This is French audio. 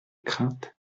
crainte